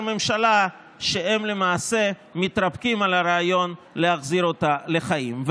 הממשלה שהם למעשה מתרפקים על הרעיון להחזיר אותה לחיים.